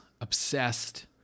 obsessed